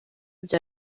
bya